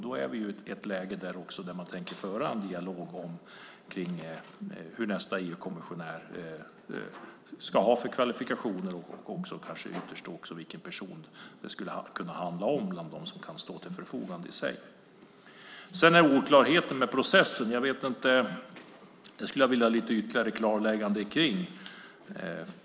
Då är vi ju i ett läge där man också tänker föra en dialog om vilka kvalifikationer nästa EU-kommissionär ska ha och ytterst kanske också vilken person det skulle kunna handla om bland dem som kan stå till förfogande. När det gäller oklarheten med processen skulle jag vilja ha lite ytterligare klarläggande.